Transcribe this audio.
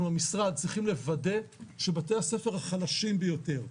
אנחנו המשרד צריך לוודא שבתי הספר החלשים ביותר,